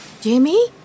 Jamie